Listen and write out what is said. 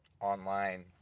online